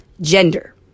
Gender